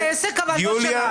זה עסק, אבל לא שלנו.